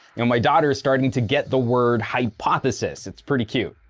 you know my daughter is starting to get the word hypothesis. it's pretty cute.